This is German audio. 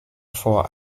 vor